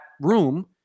room